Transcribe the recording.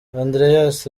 andreas